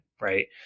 right